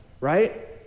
right